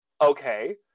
okay